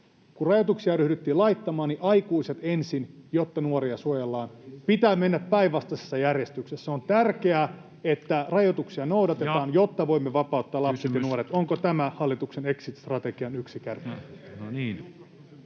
Rajoituksia ryhdyttiin laittamaan niin, että aikuiset ensin, jotta nuoria suojellaan, ja nyt pitää mennä päinvastaisessa järjestyksessä. On tärkeää, että rajoituksia noudatetaan, jotta voimme vapauttaa lapset ja nuoret. [Puhemies: Kysymys?] Onko tämä hallituksen exit-strategian yksi kärki?